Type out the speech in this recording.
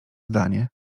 zdanie